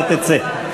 אתה תצא.